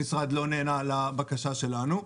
המשרד לא נענה לבקשה שלנו.